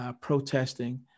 protesting